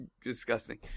disgusting